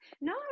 No